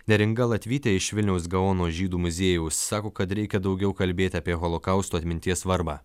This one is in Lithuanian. neringa latvytė iš vilniaus gaono žydų muziejaus sako kad reikia daugiau kalbėti apie holokausto atminties svarbą